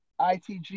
ITG